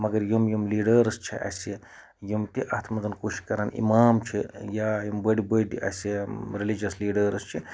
مَگَر یِم یِم لیٖڈٲرٕس چھِ اَسہِ یِم کہِ اَتھ مَنٛز کوٗشِش کَران اِمام چھُ یا یِم بٔڑۍ بٔڑۍ اَسہِ رِلیٖجَس لیٖڈٲرٕس چھِ